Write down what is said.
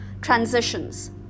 transitions